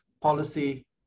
policy